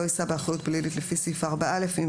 לא יישא באחריות פלילית לפי סעיף 4(א) אם